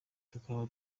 tukaba